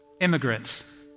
immigrants